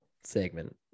segment